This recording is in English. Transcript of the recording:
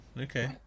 Okay